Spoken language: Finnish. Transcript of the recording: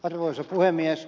arvoisa puhemies